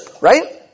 right